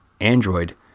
Android